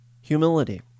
humility